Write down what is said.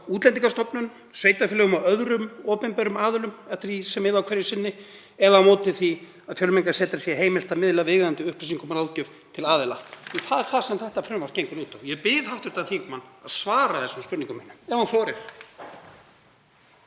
Útlendingastofnun, sveitarfélögum og öðrum opinberum aðilum, eftir því sem við á hverju sinni, eða á móti því að Fjölmenningarsetri sé heimilt að miðla viðeigandi upplýsingum og ráðgjöf til aðila? Það er það sem þetta frumvarp gengur út á. Og ég bið hv. þingmann að svara þessum spurningum mínum ef hann þorir.